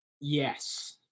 Yes